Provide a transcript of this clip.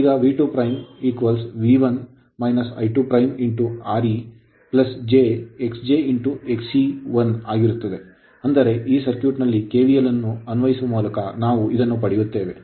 ಈಗ V2' V1 I2 Re j Xj Xe1 ಆಗಿರುತ್ತದೆ ಅಂದರೆ ಈ ಸರ್ಕ್ಯೂಟ್ನಲ್ಲಿ kvl ಅನ್ನು ಅನ್ವಯಿಸುವ ಮೂಲಕ ನಾವು ಇದನ್ನು ಪಡೆಯುತ್ತೇವೆ